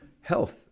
health